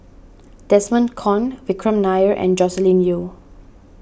Desmond Kon Vikram Nair and Joscelin Yeo